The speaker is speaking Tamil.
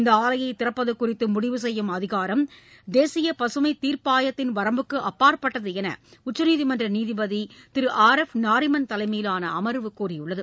இந்த ஆலையை திறப்பது குறித்து முடிவு செய்யும் அதிகாரம் தேசிய பசுமை தீர்ப்பாயத்தின் வரம்புக்கு அப்பாற்பட்டது என்று உச்சநீதிமன்ற நீதிபதி திரு ஆர் எஃப் நாரிமன் தலைமையிலான அமர்வுகூறியுள்ளது